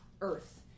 Earth